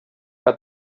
que